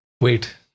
Wait